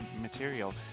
material